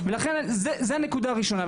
לכן, זו הנקודה הראשונה.